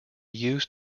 used